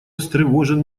встревожен